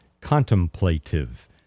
contemplative